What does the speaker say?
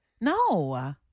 No